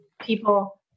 people